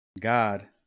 God